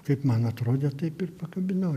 kaip man atrodė taip ir pakabinau